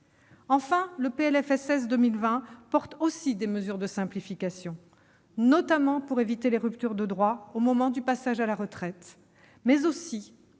sociale pour 2020 porte aussi des mesures de simplification, notamment pour éviter des ruptures de droits au moment du passage à la retraite, mais aussi